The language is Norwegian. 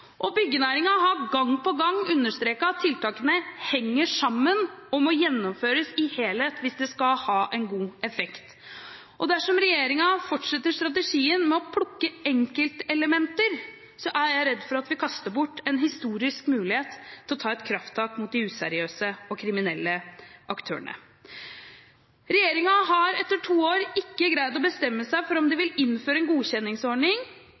har gang på gang understreket at tiltakene henger sammen og må gjennomføres i helhet hvis de skal ha en god effekt. Dersom regjeringen fortsetter strategien med å plukke ut enkeltelementer, er jeg redd for at vi kaster bort en historisk mulighet til å ta et krafttak mot de useriøse og kriminelle aktørene. Regjeringen har etter to år ikke greid å bestemme seg for om de vil innføre en godkjenningsordning